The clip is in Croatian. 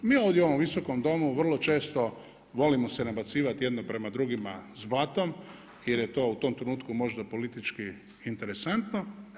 Mi ovdje u ovom Visokom domu vrlo često volimo se nabacivati jedno prema drugima s blatom, jer je to u tom trenutku možda politički interesantno.